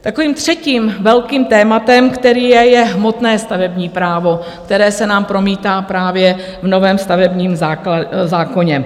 Takovým třetím velkým tématem, které je, je hmotné stavební právo, které se nám promítá právě v novém stavebním zákoně.